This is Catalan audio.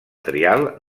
trial